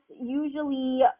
usually